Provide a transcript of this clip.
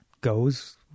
goes